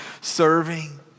serving